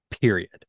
Period